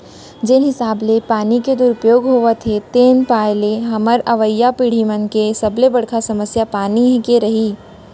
जेन हिसाब ले पानी के दुरउपयोग होवत हे तेन पाय ले हमर अवईया पीड़ही मन के सबले बड़का समस्या पानी के रइही